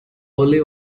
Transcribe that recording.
only